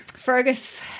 Fergus